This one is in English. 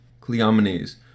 Cleomenes